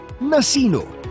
Nasino